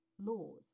laws